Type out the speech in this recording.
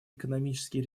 экономические